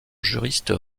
juristes